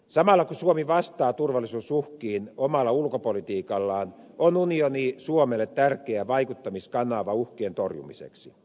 samalla kun suomi vastaa turvallisuusuhkiin omalla ulkopolitiikallaan on unioni suomelle tärkeä vaikuttamiskanava uhkien torjumiseksi